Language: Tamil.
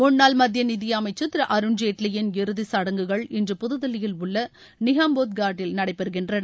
முன்னாள் மத்திய நிதியமைச்சர் திரு அருண்ஜேட்லியின் இறுதிச்சடங்குகள் இன்று புதுதில்லியில் உள்ள நிகம்போத் கட் ல் நடைபெறுகின்றன